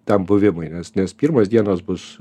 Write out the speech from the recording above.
ten buvimui nes nes pirmos dienos bus